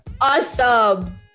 awesome